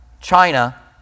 China